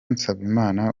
nsabimana